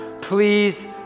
Please